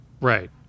Right